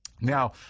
Now